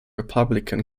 republican